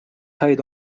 häid